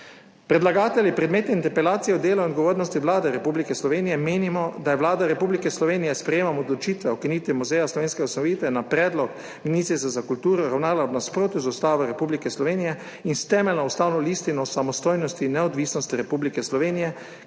Predlagatelji predmetne interpelacije o delu in odgovornosti Vlade Republike Slovenije menimo, da je Vlada Republike Slovenije s sprejetjem odločitve o ukinitvi Muzeja slovenske ustanovitve na predlog ministrice za kulturo ravnala v nasprotju z Ustavo Republike Slovenije in s Temeljno ustavno listino o samostojnosti in neodvisnosti Republike Slovenije,